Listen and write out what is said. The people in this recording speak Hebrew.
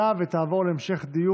הסדרת העיסוק במקצועות הבריאות (תיקון,